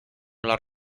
las